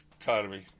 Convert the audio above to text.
economy